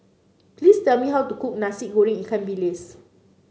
please tell me how to cook Nasi Goreng Ikan Bilis